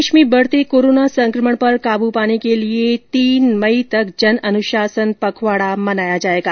प्रदेश में बढते कोरोना संक्रमण पर काबू पाने के लिए आज से तीन मई तक जन अनुशासन पखवाडा मनाया जाएगा